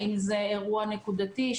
האם זה אירוע נקודתי,